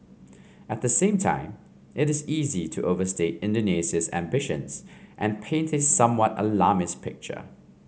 at the same time it is easy to overstate Indonesia's ambitions and painted somewhat alarmist picture